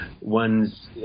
one's